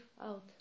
out